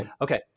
Okay